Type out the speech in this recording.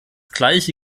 gleiche